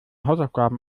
hausaufgaben